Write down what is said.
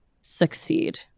succeed